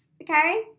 Okay